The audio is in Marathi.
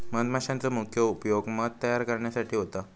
मधमाशांचो मुख्य उपयोग मध तयार करण्यासाठी होता